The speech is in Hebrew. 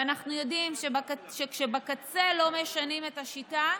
ואנחנו יודעים שכשבקצה לא משנים את השיטה,